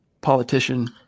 politician